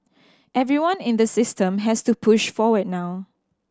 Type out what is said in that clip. everyone in the system has to push forward now